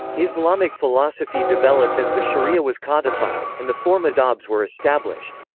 islamic philosophy developed as the shariah was codified, and the four madhabs were established.